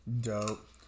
Dope